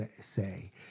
say